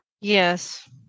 yes